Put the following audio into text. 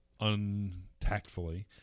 untactfully